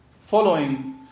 following